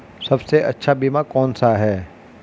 सबसे अच्छा बीमा कौन सा है?